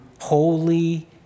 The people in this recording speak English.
holy